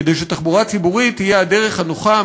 כדי שתחבורה ציבורית תהיה הדרך הנוחה,